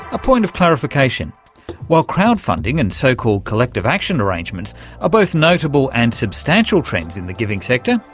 a point of clarification while crowd funding and so-called collective action arrangements are both notable and substantial trends in the giving sector,